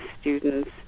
students